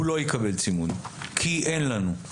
הוא לא יקבל צימוד כי אין לנו.